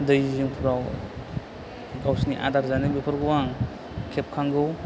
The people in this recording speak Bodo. दैजिंफ्राव गावसिनि आदार जानो बेफोरखौ आं खेबखांगौ